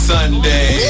Sunday